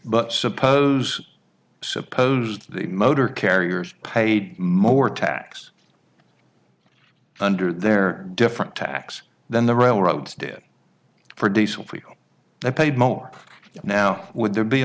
but suppose suppose the motor carriers paid more tax under their different tax than the railroads did for diesel they paid more now would there be a